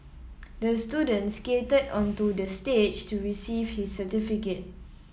the students skated onto the stage to receive his certificate